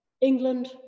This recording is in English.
England